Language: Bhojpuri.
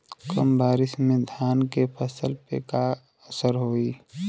कम बारिश में धान के फसल पे का असर होई?